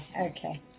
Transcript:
Okay